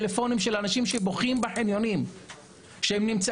טלפון מאנשים שנמצאים בחניונים ובוכים.